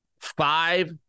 Five